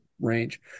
range